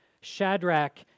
Shadrach